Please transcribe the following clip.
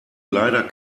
leider